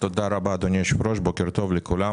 תודה רבה, אדוני היושב-ראש, בוקר טוב לכולם.